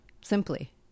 simply